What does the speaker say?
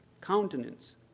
Countenance